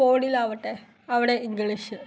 ഫോണിലാവട്ടെ അവിടെ ഇംഗ്ലീഷ്